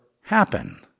happen